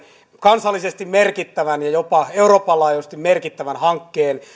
kansallisesti merkittävän ja jopa euroopan laajuisesti merkittävän hankkeen